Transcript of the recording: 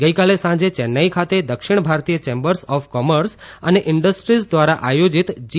ગઇકાલે સાંજે ચેન્નાઇ ખાતે દક્ષિણ ભારતીય ચેમ્બર્સ ઓફ કોમર્સ અને ઇન્ડસ્ટ્રીઝ દ્વારા આયોજીત જી